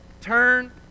turn